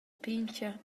pintga